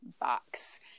Box